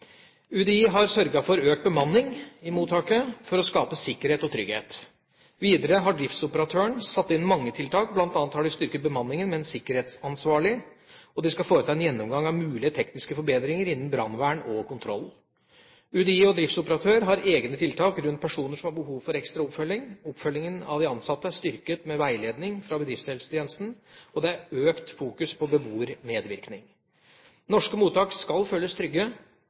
UDI har sørget for økt bemanning i mottaket for å skape sikkerhet og trygghet. Videre har driftsoperatøren satt inn mange tiltak, bl.a. har de styrket bemanningen med en sikkerhetsansvarlig, og de skal foreta en gjennomgang av mulige tekniske forbedringer innen brannvern og kontroll. UDI og driftsoperatør har egne tiltak rundt personer som har behov for ekstra oppfølging, oppfølgingen av de ansatte er styrket med veiledning fra bedriftshelsetjenesten, og det er økt fokus på beboermedvirkning. Norske mottak skal føles trygge,